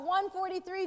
143